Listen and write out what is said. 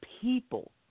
people